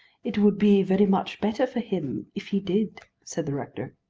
it would be very much better for him if he did, said the rector.